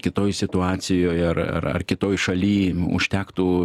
kitoj situacijoj ar ar ar kitoj šalyj užtektų